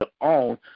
own